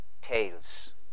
tales